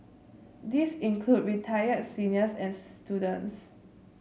these include retired seniors and students